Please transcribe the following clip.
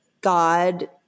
God –